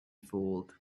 fooled